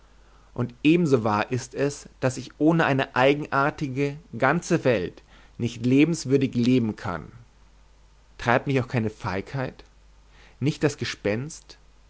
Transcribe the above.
und ebenso wahr ist es daß ich ohne eine eigenartige ganze welt nicht lebenswürdig leben kann treibt mich auch keine feigheit nicht das gespenst